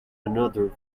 another